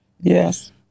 Yes